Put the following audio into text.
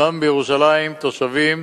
ישנם בירושלים תושבים